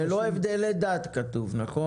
ללא הבדלי דת כתוב, נכון?